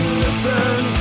listen